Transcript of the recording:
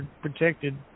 protected